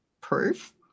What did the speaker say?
proof